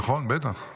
נכון, בטח.